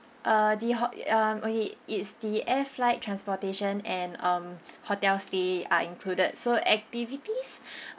uh the hot~ um it it's the air flight transportation and um hotel stay are included so activities